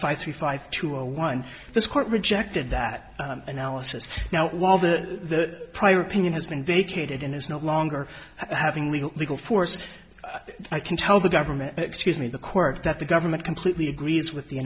five three five to a one this court rejected that analysis now while the prior opinion has been vacated and is no longer having legal legal force i can tell the government excuse me the court that the government completely agrees with the